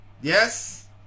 Yes